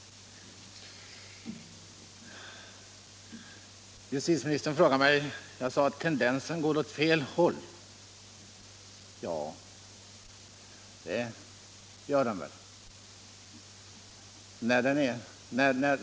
Justitieministern påstod att jag sagt att tendensen går åt fel håll. Ja, det gör den väl.